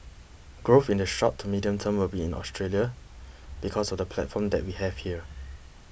growth in the short to medium term will be in Australia because of the platform that we have here